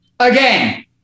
Again